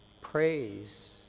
praise